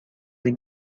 این